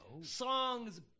songs